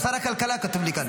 שר הכלכלה כתוב לי כאן.